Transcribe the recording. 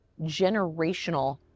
generational